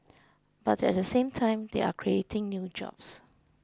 but at the same time they are creating new jobs